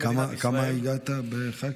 סליחה, לכמה ח"כים הגעת?